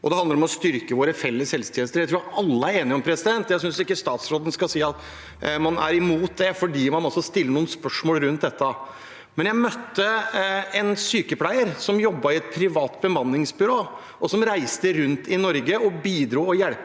det handler om å styrke våre felles helsetjenester. Det tror jeg alle er enige om. Jeg synes ikke statsråden skal si at man er imot det fordi man stiller noen spørsmål rundt dette. Jeg møtte en sykepleier som jobbet i et privat bemanningsbyrå, og som reiste rundt i Norge og bidro og hjalp